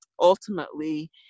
ultimately